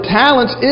talents